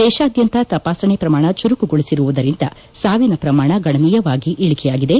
ದೇಶಾದ್ಯಂತ ತಪಾಸಣೆ ಪ್ರಮಾಣ ಚುರುಕುಗೊಳಿಸಿರುವುದರಿಂದ ಸಾವಿನ ಪ್ರಮಾಣ ಗಣನೀಯವಾಗಿ ಇಳಿಕೆಯಾಗಿದೆ